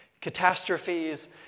catastrophes